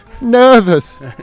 nervous